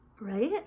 right